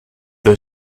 the